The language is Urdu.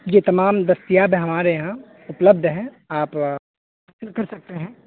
جی تمام دستیاب ہیں ہمارے یہاں اپلبدھ ہیں آپ حاصل کر سکتے ہیں